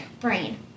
Brain